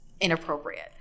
inappropriate